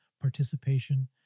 participation